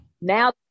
now